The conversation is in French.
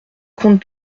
compte